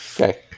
Okay